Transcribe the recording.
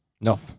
no